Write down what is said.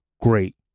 great